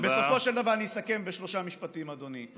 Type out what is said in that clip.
ובסופו של דבר, אני אסכם בשלושה משפטים, אדוני.